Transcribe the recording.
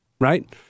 right